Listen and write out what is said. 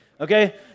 Okay